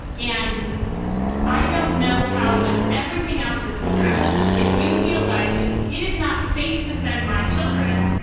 and i don't know how when everything else is stressed, if you feel like it is not safe to send my children,